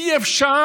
אי-אפשר.